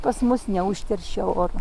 pas mus neužteršia oro